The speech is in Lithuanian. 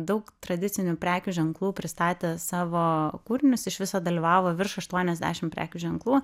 daug tradicinių prekių ženklų pristatė savo kūrinius iš viso dalyvavo virš aštuonesdešim prekių ženklų